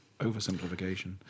oversimplification